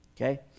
Okay